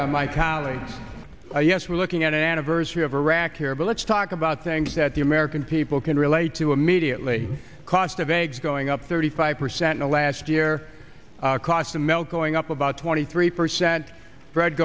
many my colleagues yes we're looking at an anniversary of iraq here but let's talk about things that the american people can relate to immediately cost of eggs going up thirty five percent last year cost of melt going up about twenty three percent fre